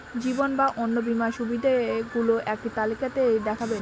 জীবন বা অন্ন বীমার সুবিধে গুলো একটি তালিকা তে দেখাবেন?